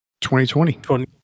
2020